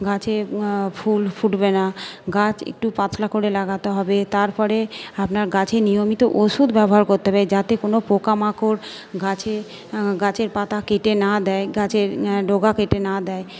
গাছে ফুল ফুটবে না গাছ একটু পাতলা করে লাগাতে হবে তারপরে আপনার গাছে নিয়মিত ওষুধ ব্যবহার করতে হবে যাতে কোনো পোকা মাকড় গাছে গাছের পাতা কেটে না দেয় গাছের ডগা কেটে না দেয়